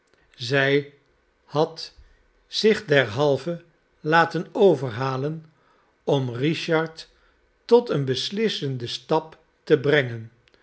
zij had zich derhalve laten overhalen om richard tot een beslissenden stap te brengen